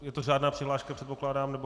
Je to řádná přihláška, předpokládám.